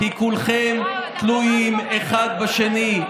כי כולכם תלויים אחד בשני.